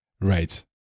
right